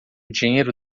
dinheiro